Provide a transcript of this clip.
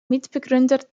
mitbegründer